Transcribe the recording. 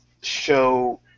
show